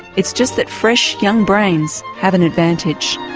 it's just that fresh young brains have an advantage.